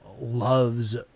loves